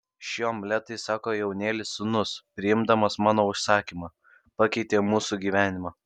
šie omletai sako jaunėlis sūnus priimdamas mano užsakymą pakeitė mūsų gyvenimą